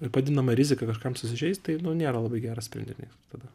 ir padidinama rizika kažkam susižeist tai nu nėra labai geras sprendinys tada